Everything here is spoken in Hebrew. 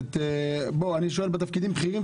אני שואל בתפקידים בכירים,